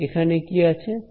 এবং এখানে কি আছে